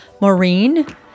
Maureen